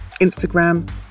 instagram